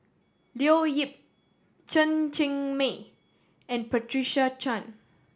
Leo Yip Chen Cheng Mei and Patricia Chan